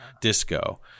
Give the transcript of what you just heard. disco